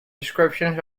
descriptions